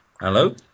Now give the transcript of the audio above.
Hello